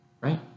Right